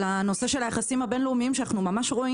על הנושא של היחסים הבין-לאומיים שאנחנו ממש רואים